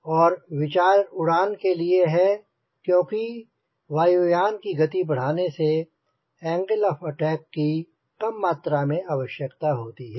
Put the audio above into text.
और यह विचार उड़ान के लिए है क्योंकि वायुयान की गति बढ़ाने से एंगल ऑफ अटैक की कम मात्रा में आवश्यकता होती है